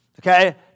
Okay